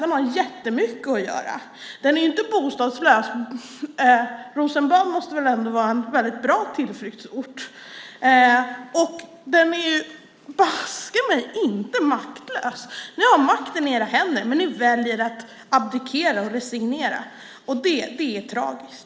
Den har jättemycket att göra. Den är inte bostadslös. Rosenbad måste ändå vara en väldigt bra tillflyktsort. Och den är baske mig inte maktlös. Ni har makten i era händer, men ni väljer att abdikera och resignera, och det är tragiskt.